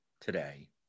today